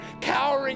cowering